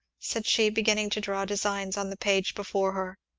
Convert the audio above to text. said she, beginning to draw designs on the page before her.